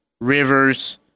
Rivers